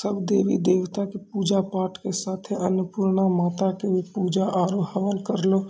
सब देवी देवता कॅ पुजा पाठ के साथे अन्नपुर्णा माता कॅ भी पुजा आरो हवन करलो